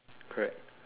correct